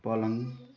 पलङ